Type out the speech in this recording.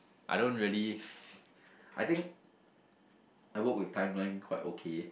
I don't really I think I work with my life quite okay